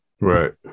Right